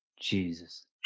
Jesus